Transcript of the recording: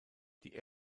die